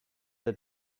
der